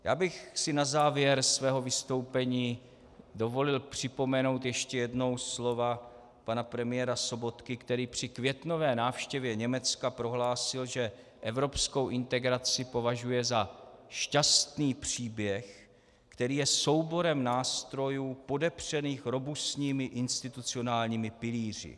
Já bych si na závěr svého vystoupení dovolil připomenout ještě jednou slova pana premiéra Sobotky, který při květnové návštěvě Německa prohlásil, že evropskou integraci považuje za šťastný příběh, který je souborem nástrojů podepřených robustními institucionálními pilíři.